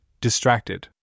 distracted